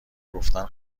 گفتن